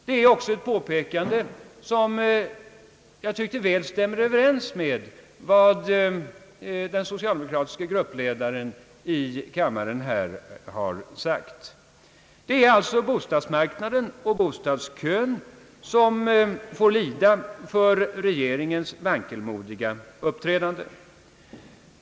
Det är också ett påpekande som jag tycker väl stämmer överens med vad den socialdemokratiske gruppledaren i kammaren här har sagt. Det är alltså bostadsmarknaden och bostadskön som får lida för regeringens vankelmodiga uppträdande.